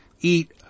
eat